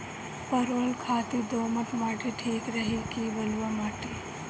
परवल खातिर दोमट माटी ठीक रही कि बलुआ माटी?